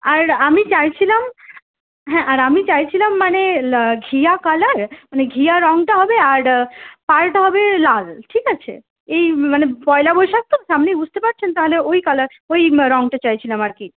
আর আমি চাইছিলাম হ্যাঁ আর আমি চাইছিলাম মানে ঘিয়ে কালার মানে ঘিয়ে রঙটা হবে আর পাড়টা হবে লাল ঠিক আছে এই মানে পয়লা বৈশাখ তো সামনে বুঝতে পারছেন তাহলে ওই কালার ওই রঙটা চাইছিলাম আর কি